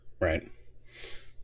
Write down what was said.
Right